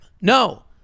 No